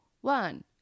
one